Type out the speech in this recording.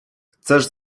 chcesz